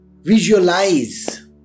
visualize